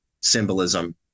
symbolism